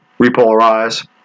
repolarize